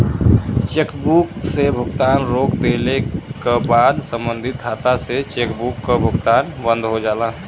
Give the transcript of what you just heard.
chequebook से भुगतान रोक देले क बाद सम्बंधित खाता से चेकबुक क भुगतान बंद हो जाला